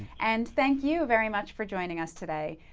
and thank you very much for joining us today.